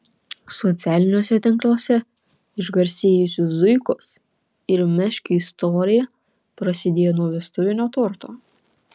socialiniuose tinkluose išgarsėjusių zuikos ir meškio istorija prasidėjo nuo vestuvinio torto